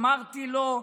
אמרתי לו: